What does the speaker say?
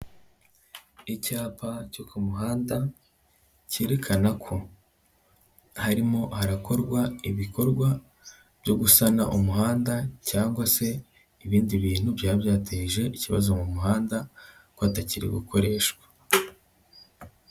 Icyapa cyo ku muhanda kerekana ko harimo harakorwa ibikorwa byo gusana umuhanda cyangwa se ibindi bintu byaba byateje ikibazo mu muhanda, ko hatakiri gukoreshwa.